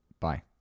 Bye